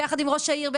ביחד עם ראש העיר,